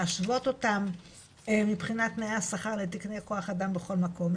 להשוות אותם מבחינת תנאי השכר לתקניי כוח אדם בכל מקום,